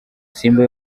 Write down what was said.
simba